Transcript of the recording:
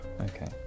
Okay